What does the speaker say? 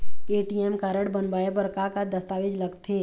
ATM card बनवाए बर का का दस्तावेज लगथे?